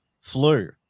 flu